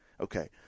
okay